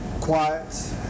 Quiet